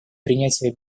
принятия